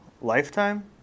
lifetime